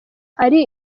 ari